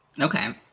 okay